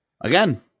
again